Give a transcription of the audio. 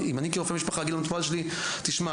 אם אני אגיד למטופל שלי "תשמע,